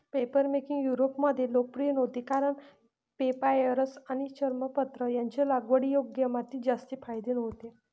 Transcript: papermaking युरोपमध्ये लोकप्रिय नव्हती कारण पेपायरस आणि चर्मपत्र यांचे लागवडीयोग्य मातीत जास्त फायदे नव्हते